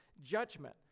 judgment